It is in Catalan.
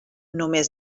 només